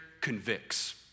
convicts